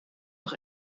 nog